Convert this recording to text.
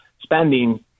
spending